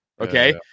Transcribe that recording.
okay